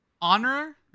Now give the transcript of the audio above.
Honor